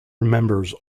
remembers